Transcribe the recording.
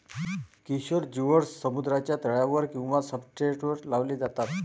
किशोर जिओड्स समुद्राच्या तळावर किंवा सब्सट्रेटवर लावले जातात